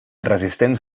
resistents